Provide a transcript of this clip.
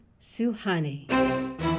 Suhani